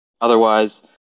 Otherwise